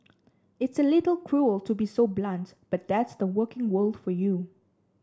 it's a little cruel to be so blunt but that's the working world for you